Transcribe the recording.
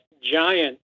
giant